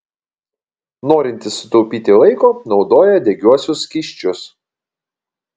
norintys sutaupyti laiko naudoja degiuosius skysčius